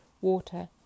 water